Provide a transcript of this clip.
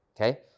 Okay